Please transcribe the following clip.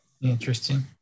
Interesting